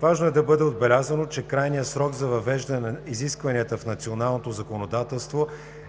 Важно е да бъде отбелязано, че крайният срок за въвеждане на изискванията в националното законодателство